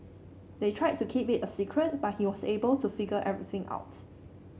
they tried to keep it a secret but he was able to figure everything out